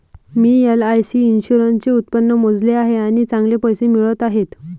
मी LIC इन्शुरन्सचे उत्पन्न मोजले आहे आणि चांगले पैसे मिळत आहेत